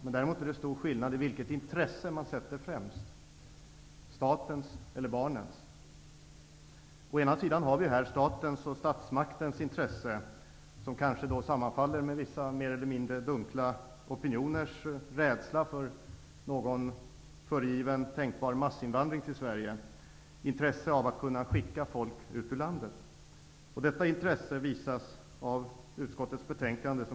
Men däremot är det stor skillnad i vilket intresse man sätter främst, statens eller barnens. Å ena sidan har vi statens och statsmakternas intresse, som kanske sammanfaller med vissa mer eller mindre dunkla opinioners rädsla för någon föregiven eller tänkbar massinvandring till Sverige, och intresset av att kunna skicka folk ut ur landet. Detta intresse visas av utskottets betänkande.